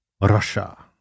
Russia